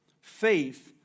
faith